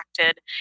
acted